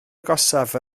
agosaf